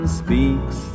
speaks